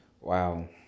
Wow